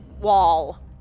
wall